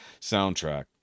soundtrack